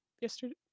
yesterday